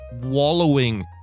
wallowing